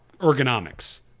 ergonomics